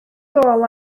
gôl